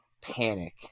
panic